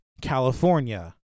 California